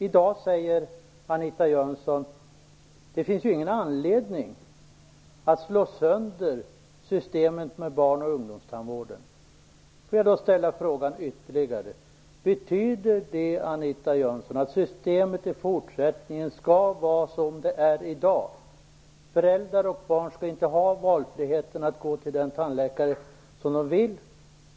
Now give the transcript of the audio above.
I dag säger Anita Jönsson: Det finns ingen anledning att slå sönder systemet med barn och ungdomstandvården. Jag vill ställa ytterligare en fråga. Betyder det, Anita Jönsson, att systemet i fortsättningen skall vara som det är i dag? Föräldrar och barn skall inte ha valfriheten att gå till den tandläkare som de vill ha.